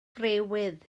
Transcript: friwydd